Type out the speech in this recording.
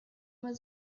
was